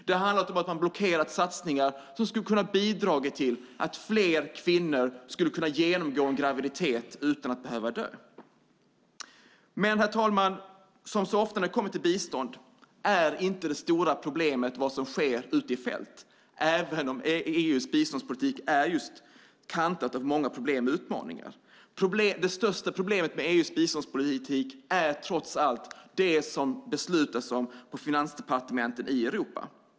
Det har handlat om att man har blockerat satsningar som skulle kunna bidra till att fler kvinnor skulle kunna genomgå en graviditet utan att behöva dö. Men, herr talman, som så ofta när det kommer till bistånd är inte det stora problemet vad som sker ute i fält, även om EU:s biståndspolitik är just kantad av många problem och utmaningar. Det största problemet med EU:s biståndspolitik är trots allt det som beslutas på finansdepartementen i Europa.